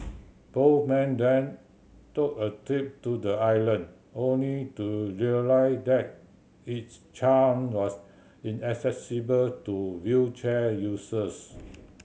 both men then took a trip to the island only to realise that its charm was inaccessible to wheelchair users